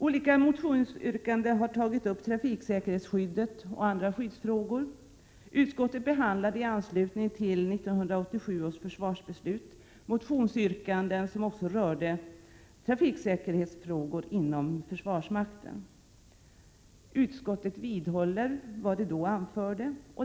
Olika motionsyrkanden har tagit upp trafiksäkerhetsskyddet och andra skyddsfrågor. Utskottet behandlade i anslutning till 1987 års försvarsbeslut motionsyrkanden som också de rörde trafiksäkerhetsfrågor inom försvarsmakten. Utskottet vidhåller vad det då anförde.